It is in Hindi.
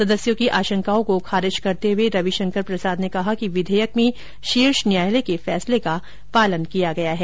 सदस्यों की आशंकाओं को खारिज करते हुए रविशंकर प्रसाद ने कहा कि विधेयक में शीर्ष न्यायालय के फैसले का पालन किया गया है